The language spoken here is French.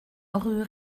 rue